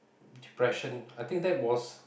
depression I think that was